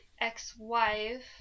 ex-wife